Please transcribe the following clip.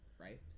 Right